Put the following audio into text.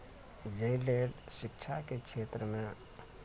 जाहि लेल शिक्षाके क्षेत्रमे